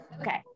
Okay